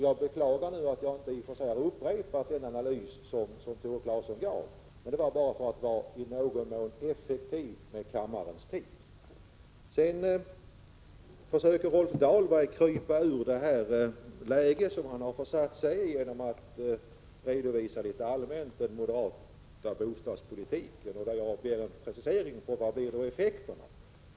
Jag beklagar i och för sig att jag inte upprepade den analys som Tore Claeson gjorde, men det berodde på att jag i någon mån ville vara effektiv och spara på kammarens tid. Rolf Dahlberg försökte krypa ur det läge han har försatt sig i genom att rent allmänt redovisa den moderata bostadspolitiken när jag begärde en precisering av effekterna.